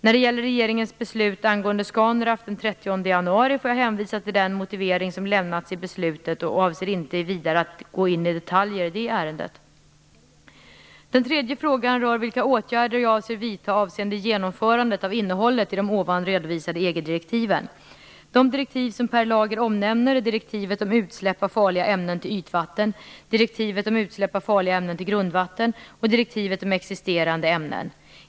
När det gäller regeringens beslut angående Scanraff den 30 januari får jag hänvisa till den motivering som lämnats i beslutet och avser inte vidare att gå in i detalj i det ärendet. Den tredje frågan rör vilka åtgärder jag avser vidta avseende genomförandet av innehållet i de ovan redovisade EG-direktiven. De direktiv som Per Lager omnämner är direktivet om utsläpp av farliga ämnen till ytvatten, direktivet om utsläpp av farliga ämnen till grundvatten och direktivet om existerande ämnen.